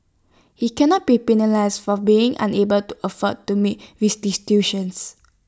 he cannot be penalised for being unable to afford to make restitution